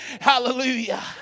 hallelujah